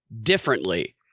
differently